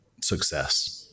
success